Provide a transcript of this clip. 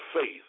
faith